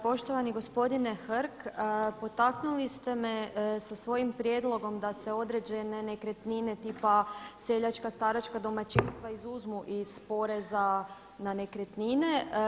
Poštovani gospodine Hrg potaknuli ste me sa svojim prijedlogom da se određene nekretnine tipa seljačka staračka domaćinstva izuzmu iz poreza na nekretnine.